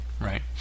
right